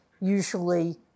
usually